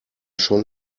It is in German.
schon